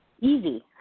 easy